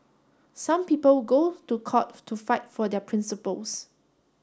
some people go to court to fight for their principles